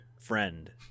friend